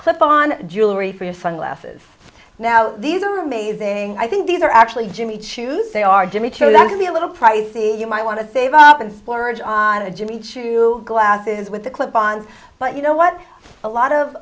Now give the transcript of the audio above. clip on jewelry for your sunglasses now these are amazing i think these are actually jimmy choo's they are jimmy true that can be a little pricey you might want to save up and splurge on a jimmy choo glasses with a clip ons but you know what a lot of